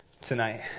tonight